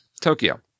Tokyo